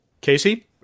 Casey